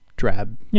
drab